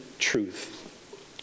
truth